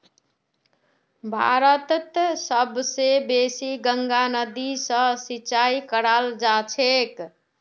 भारतत सब स बेसी गंगा नदी स सिंचाई कराल जाछेक